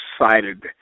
excited